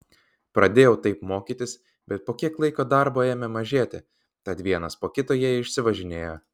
pradėjau taip mokytis bet po kiek laiko darbo ėmė mažėti tad vienas po kito jie išsivažinėjo